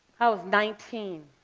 i was nineteen